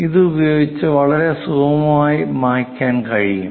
ഇത് ഉപയോഗിച്ചു വളരെ സുഗമമായി മായ്ക്കാൻ കഴിയും